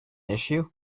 issue